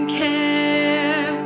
care